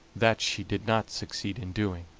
that she did not succeed in doing